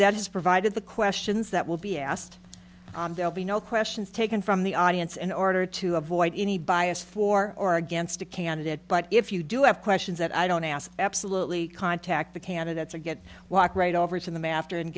that is provided the questions that will be asked no questions taken from the audience in order to avoid any bias for or against a candidate but if you do have questions that i don't ask absolutely contact the candidates or get walk right over to the master and